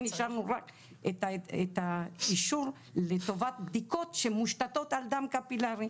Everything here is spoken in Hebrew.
השארנו רק את האישור לטובת בדיקות שמושתתות על דם קפילרי.